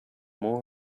more